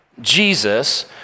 Jesus